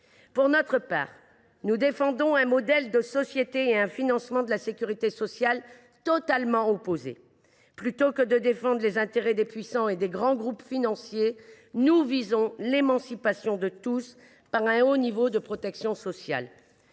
Pour notre part, nous défendons un modèle de société et un financement de la sécurité sociale totalement opposés. Plutôt que de défendre les intérêts des puissants et des grands groupes financiers, nous visons l’émancipation de tous par un haut niveau de protection sociale.